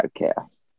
podcast